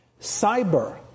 Cyber